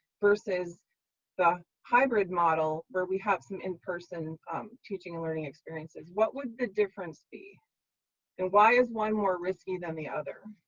versus the hybrid model where we have some in person on um teaching learning experiences. what would the difference be and why is one more risky than the other?